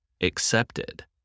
accepted